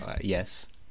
Yes